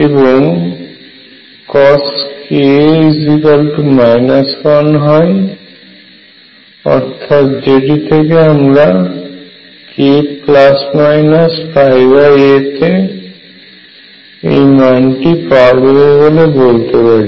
এবং cos ka 1 হয় অর্থাৎ যেটি থেকে আমরা k a তে এই মানটি পাওয়া যাবে বলতে পারি